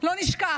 לא נשכח.